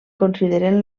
consideren